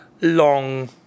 long